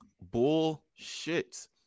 bullshit